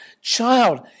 child